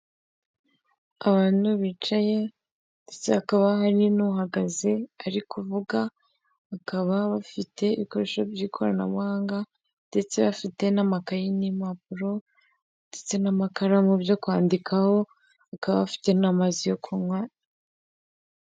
Abantu bicaye ndetse hakaba hari n'uhagaze ari kuvuga, bakaba bafite ibikoresho by'ikoranabuhanga ndetse bafite n'amakaye n'impapuro ndetse n'amakaramu byo kwandikaho, bakaba bafite n'amazi yo kunywa.